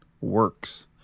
works